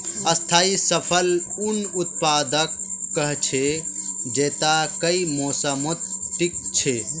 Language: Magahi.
स्थाई फसल उन उत्पादकक कह छेक जैता कई मौसमत टिक छ